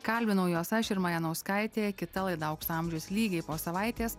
kalbinau juos aš irma janauskaitė kita laida aukso amžius lygiai po savaitės